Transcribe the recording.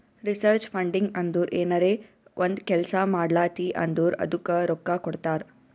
research funding ಅಂದುರ್ ಏನರೇ ಒಂದ್ ಕೆಲ್ಸಾ ಮಾಡ್ಲಾತಿ ಅಂದುರ್ ಅದ್ದುಕ ರೊಕ್ಕಾ ಕೊಡ್ತಾರ್